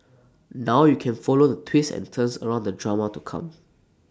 now you can follow the twists and turns around the drama to come